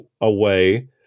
away